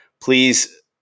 Please